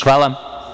Hvala.